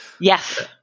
Yes